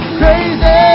crazy